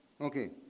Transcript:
Okay